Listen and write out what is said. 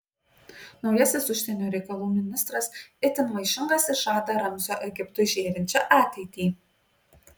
naujasis užsienio reikalų ministras itin vaišingas ir žada ramzio egiptui žėrinčią ateitį